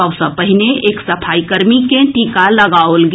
सभ सँ पहिने एक सफाईकर्मी के टीका लगाओल गेल